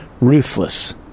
ruthless